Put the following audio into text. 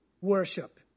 worship